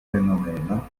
fenomeno